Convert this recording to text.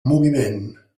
moviment